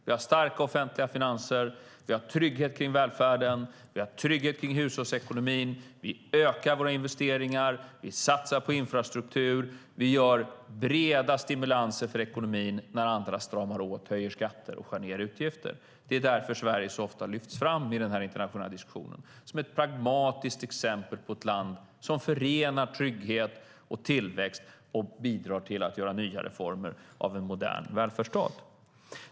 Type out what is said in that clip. Vi har starka offentliga finanser, vi har trygghet kring välfärden, vi har trygghet kring hushållsekonomin, vi ökar våra investeringar, vi satsar på infrastruktur och vi inför breda stimulanser för ekonomin när andra stramar åt, höjer skatter och skär ned på utgifter. Det är därför som Sverige så ofta lyfts fram i den här internationella diskussionen som ett pragmatiskt exempel på ett land som förenar trygghet och tillväxt och bidrar till att göra nya reformer i en modern välfärdsstat.